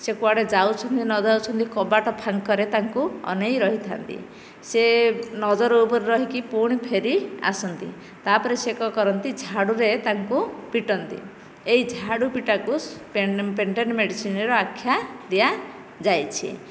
ସେ କୁଆଡ଼େ ଯାଉଛନ୍ତି ନ ଯାଉଛନ୍ତି କବାଟ ଫାଙ୍କରେ ତାଙ୍କୁ ଅନେଇ ରହିଥାନ୍ତି ସେ ନଜର ଉପରେ ରହିକି ପୁଣି ଫେରି ଆସନ୍ତି ତାପରେ ସେ କ'ଣ କରନ୍ତି ଝାଡ଼ୁରେ ତାଙ୍କୁ ପିଟନ୍ତି ଏହି ଝାଡ଼ୁ ପିଟାକୁ ପେଟେଣ୍ଟ ମେଡ଼ିସିନର ଆଖ୍ୟା ଦିଆଯାଇଛି